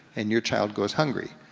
and your child goes hungry.